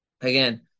Again